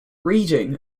reading